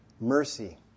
Mercy